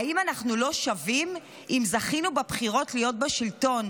"האם אנחנו לא שווים אם זכינו בבחירות להיות בשלטון?